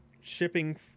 Shipping